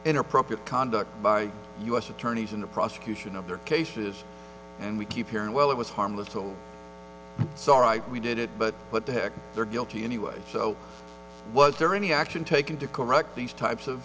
inappropriate conduct by u s attorneys in the prosecution of their cases and we keep hearing well it was harmless so right we did it but what the heck they're guilty anyway so was there any action taken to correct these types of